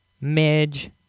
Midge